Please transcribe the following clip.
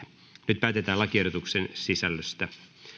nyt päätetään lakiehdotuksen sisällöstä